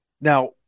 Now